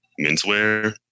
menswear